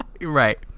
right